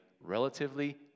relatively